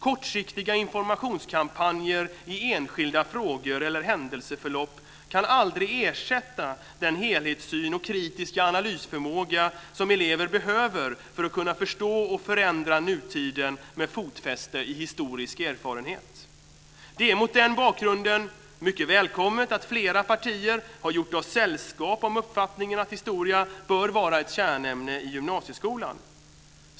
Kortsiktiga informationskampanjer i enskilda frågor eller händelseförlopp kan aldrig ersätta den helhetssyn och kritiska analysförmåga som elever behöver för att kunna förstå och förändra nutiden med fotfäste i historisk erfarenhet. Det är mot den bakgrunden mycket välkommet att flera partier har gjort oss sällskap om uppfattningen att historia bör vara ett kärnämne i gymnasieskolan.